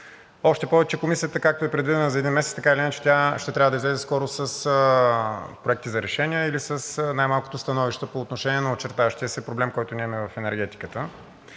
Още повече, че комисията, както е предвидена за един месец, така или иначе ще трябва да излезе скоро с проекти за решения или най малкото със становища по отношение на очертаващия се проблем, който имаме в енергетиката.